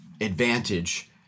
advantage